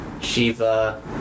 Shiva